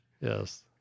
Yes